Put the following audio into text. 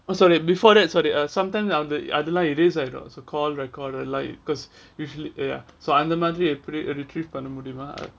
oh sorry before that sorry err sometime அதுலாம்:adhulam erase ஆகிரும்:akirum call record like because usually uh ya so பண்ண முடியுமா:panna mudiuma